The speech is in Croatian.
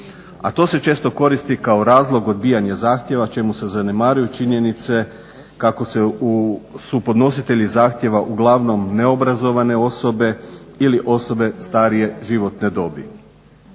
A to se često koristi kao razlog odbijanja zahtjeva čemu se zanemaruju činjenice kako su podnositelji zahtjeva uglavnom neobrazovane osobe ili osobe starije životne dobi.